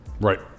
right